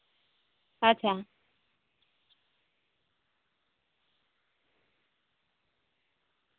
ᱟᱪᱪᱷᱟ